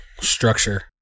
structure